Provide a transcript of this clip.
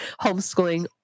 homeschooling